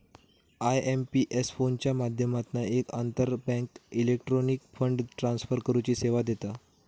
IMPS फोनच्या माध्यमातना एक आंतरबँक इलेक्ट्रॉनिक फंड ट्रांसफर करुची सेवा देता